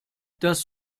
das